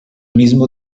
mismo